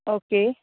okay